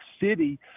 city